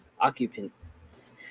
occupants